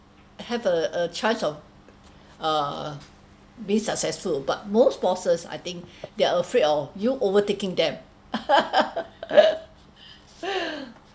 have a a chance of uh being successful but most bosses I think they're afraid of you overtaking them